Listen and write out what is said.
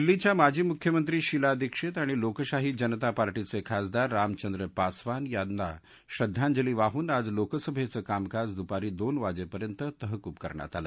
दिल्लीच्या माजी मुख्यमंत्री शीला दिक्षित आणि लोकशाही जनता पार्टीच खासदार राम चंद्र पासवान यांना श्रद्वांजली वाहून आज लोकसभर्दीकामकाज दुपारी दोन वाजर्द्र्डींत तहकुब करण्यात आलं